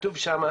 שכתוב שם: